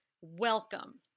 welcome